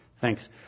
Thanks